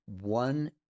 one